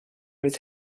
with